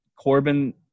Corbin